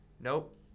Nope